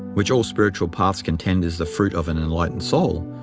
which all spiritual paths contend is the fruit of an enlightened soul,